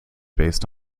based